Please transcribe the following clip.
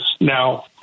now